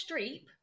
Streep